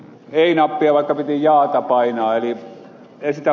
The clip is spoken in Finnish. eino matila kivijalka painaa eli esitä